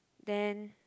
then